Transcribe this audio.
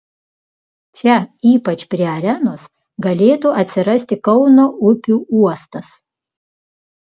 čia ypač prie arenos galėtų atsirasti kauno upių uostas